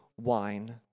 wine